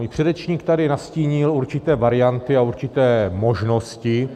Můj předřečník tady nastínil určité varianty a určité možnosti.